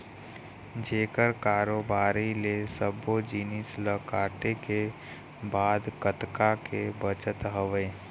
जेखर कारोबारी ले सब्बो जिनिस ल काटे के बाद कतका के बचत हवय